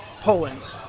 Poland